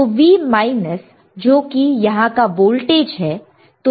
तो V minus जोकि यहां का वोल्टेज है